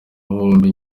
bombi